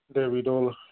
দেৱী দ'ল